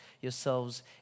yourselves